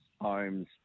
homes